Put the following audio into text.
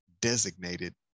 designated